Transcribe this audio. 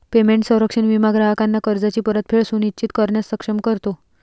payment संरक्षण विमा ग्राहकांना कर्जाची परतफेड सुनिश्चित करण्यास सक्षम करतो